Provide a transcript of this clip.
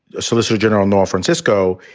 the solicitor general, nor francisco,